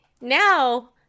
Now